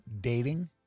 dating